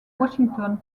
washington